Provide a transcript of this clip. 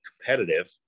competitive